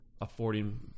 affording